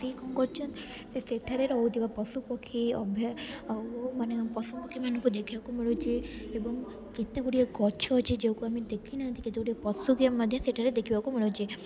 ସିଏ କଣ କରୁଛନ୍ତି ସେଠାରେ ରହୁଥିବା ପଶୁପକ୍ଷୀ ଅଭ୍ୟା ଆଉ ମାନେ ପଶୁପକ୍ଷୀମାନଙ୍କୁ ଦେଖିବାକୁ ମିଳୁଛି ଏବଂ କେତେଗୁଡ଼ିଏ ଗଛ ଅଛି ଯେଉଁକୁ ଆମେ ଦେଖିନାହାଁନ୍ତି କେତେ ଗୁଡ଼ିଏ ପଶୁକୁ ମଧ୍ୟ ସେଠାରେ ଦେଖିବାକୁ ମିଳୁଛି